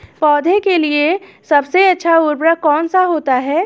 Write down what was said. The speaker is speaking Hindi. पौधे के लिए सबसे अच्छा उर्वरक कौन सा होता है?